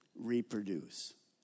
reproduce